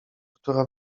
która